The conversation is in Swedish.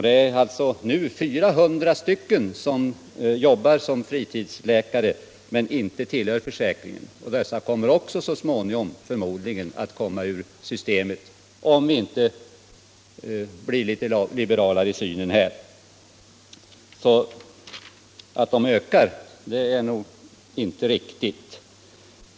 Det är alltså nu 400 som jobbar som fritidsläkare men inte tillhör försäkringen. Dessa kommer förmodligen också att så småningom komma ur systemet — om vår syn inte blir litet liberalare. Det är nog inte riktigt att antalet ökar!